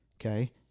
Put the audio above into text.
Okay